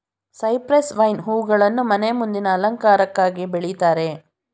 cypress vine ಹೂಗಳನ್ನು ಮನೆ ಮುಂದಿನ ಅಲಂಕಾರಕ್ಕಾಗಿ ಬೆಳಿತಾರೆ